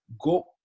go